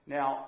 Now